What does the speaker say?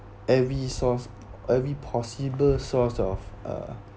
every source every possible source of uh